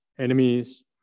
enemies